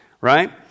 Right